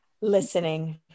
listening